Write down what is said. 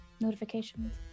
notifications